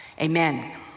Amen